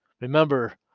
remember